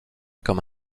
comme